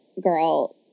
girl